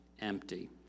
empty